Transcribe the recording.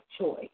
choice